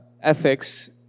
ethics